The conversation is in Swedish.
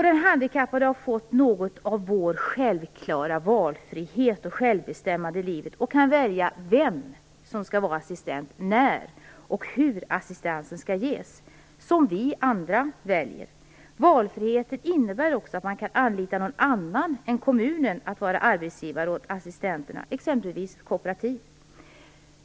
Den handikappade har fått något av vår självklara valfrihet och självbestämmande i livet och kan välja vem som skall vara assistent, när och hur assistansen skall ges, som vi andra väljer. Valfriheten innebär också att man kan anlita någon annan än kommunen att vara arbetsgivare åt assistenterna, exempelvis kooperativ.